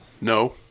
No